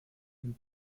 den